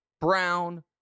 Brown